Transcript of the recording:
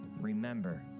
Remember